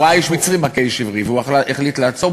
הוא ראה איש מצרי מכה איש עברי והוא החליט לעצור,